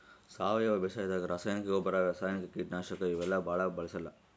ಸಾವಯವ ಬೇಸಾಯಾದಾಗ ರಾಸಾಯನಿಕ್ ಗೊಬ್ಬರ್, ರಾಸಾಯನಿಕ್ ಕೀಟನಾಶಕ್ ಇವೆಲ್ಲಾ ಭಾಳ್ ಬಳ್ಸಲ್ಲ್